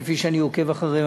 כפי שאני עוקב אחריהם,